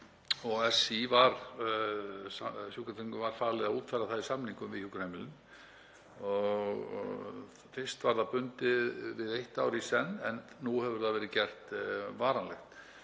og var SÍ falið að útfæra það í samningum við í hjúkrunarheimilin. Fyrst var það bundið við eitt ár í senn en nú hefur það verið gert varanlegt.